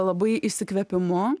labai išsikvėpimu